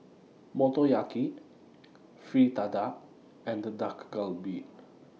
Motoyaki Fritada and The Dak Galbi